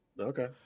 Okay